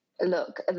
Look